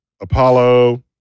Apollo